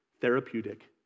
therapeutic